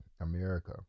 America